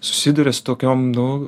susiduria su tokiom nu